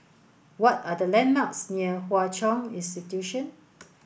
what are the landmarks near Hwa Chong Institution